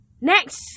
next